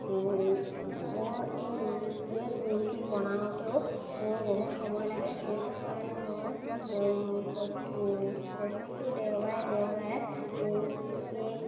মোৰ এই কেক নিমকি বনাওঁতেও মোৰ বহুত সময় লাগে সেইটো কাৰণে মই প্ৰত্যেকটো দেওবাৰে দেওবাৰে নিমকি কেক